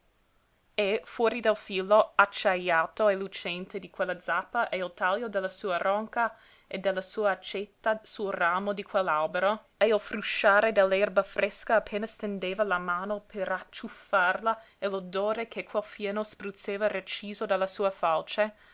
e fuori del filo acciajato e lucente di quella zappa e il taglio della sua ronca e della sua accetta sul ramo di quell'albero e il frusciare dell'erba fresca appena stendeva la mano per acciuffarla e l'odore che quel fieno spruzzava reciso dalla sua falce